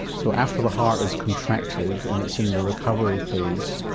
so after the heart has contracted and it's in the recovery phase,